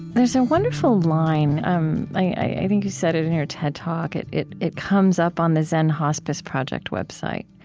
there is a wonderful line um i think you said it in your ted talk. it it comes up on the zen hospice project website.